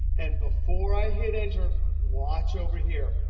and before i hit enter, watch over here.